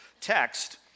text